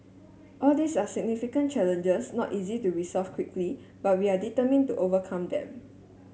all these are significant challenges not easy to resolve quickly but we are determined to overcome them